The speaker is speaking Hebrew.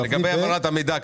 לגבי העברת המידע,